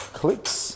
clicks